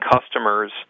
customers